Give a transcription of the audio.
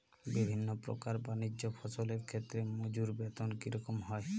বিভিন্ন প্রকার বানিজ্য ফসলের ক্ষেত্রে মজুর বেতন কী রকম হয়?